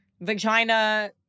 vagina